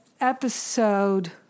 episode